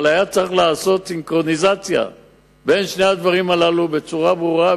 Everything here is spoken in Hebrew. אבל היה צריך לעשות סינכרוניזציה בין שני הדברים הללו בצורה ברורה,